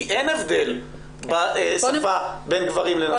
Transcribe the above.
כי אין הבדל בשפה בין גברים לנשים.